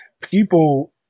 people